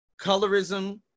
colorism